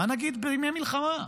מה נגיד בימי מלחמה?